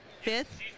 fifth